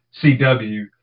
CW